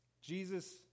Jesus